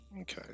Okay